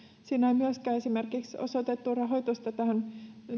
siinä ei myöskään osoitettu rahoitusta esimerkiksi tähän